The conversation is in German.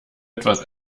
etwas